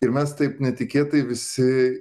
ir mes taip netikėtai visi